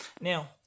Now